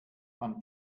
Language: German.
man